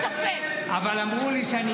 אבל אמרו לי שאני ארד.